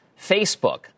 Facebook